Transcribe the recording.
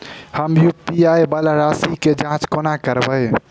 हम यु.पी.आई वला राशि केँ जाँच कोना करबै?